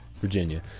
Virginia